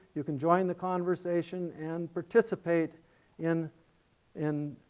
you can join the conversation and participate in in